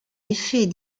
effet